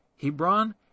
Hebron